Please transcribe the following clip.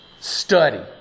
Study